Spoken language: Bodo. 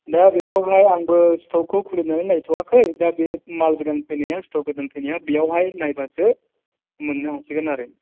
दा बेखौहाय आंबो स्ट'कखौ खुलिनानै नायथ'आखै दा बे माल गोदान फैनाया स्ट'क गोदान फैनाया बेयावहाय नायबासो मोननो हासिगोन आरो